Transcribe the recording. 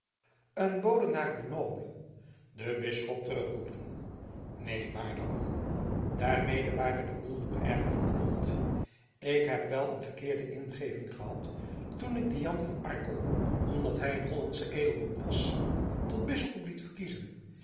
een bode naar grenoble den bisschop terugroepen neen waarde oom daarmede ware de boel nog erger verknold ik heb wel een verkeerde ingeving gehad toen ik dien jan van arkel omdat hij een hollandsen edelman was tot bisschop liet verkiezen